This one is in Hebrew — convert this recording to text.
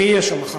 אני אהיה שם מחר,